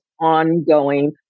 ongoing